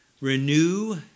renew